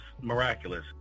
miraculous